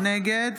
נגד